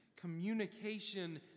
communication